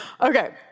Okay